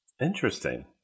Interesting